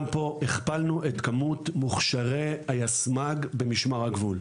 גם פה הכפלנו את כמות מוכשרי היסמ"ג במשמר הגבול,